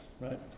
Right